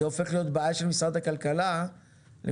זה הופך להיות בעיה של משרד הכלכלה ואני